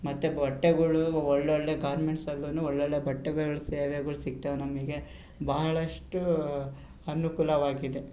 ಮತ್ತು ಬಟ್ಟೆಗಳು ಒಳ್ಳೊಳ್ಳೆಯ ಗಾರ್ಮೆಂಟ್ಸಲ್ಲು ಒಳ್ಳೊಳ್ಳೆಯ ಬಟ್ಟೆಗಳು ಸೇವೆಗಳು ಸಿಗ್ತಾವೆ ನಮಗೆ ಬಹಳಷ್ಟು ಅನುಕೂಲವಾಗಿದೆ